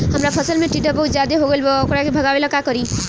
हमरा फसल में टिड्डा बहुत ज्यादा हो गइल बा वोकरा के भागावेला का करी?